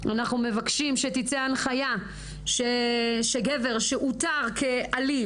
אנחנו מבקשים שתצא הנחיה שגבר שאותר כאלים,